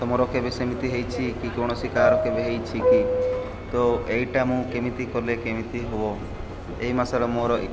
ତୁମର କେବେ ସେମିତି ହେଇଛି କି କୌଣସି କାହାର କେବେ ହେଇଛି କି ତ ଏଇଟା ମୁଁ କେମିତି କଲେ କେମିତି ହବ ଏଇ ମାସରେ ମୋର